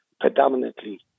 predominantly